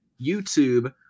YouTube